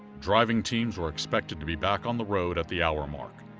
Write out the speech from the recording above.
driving teams were expected to be back on the road at the hour mark.